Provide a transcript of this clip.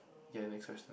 okay next question